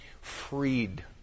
freed